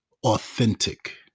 authentic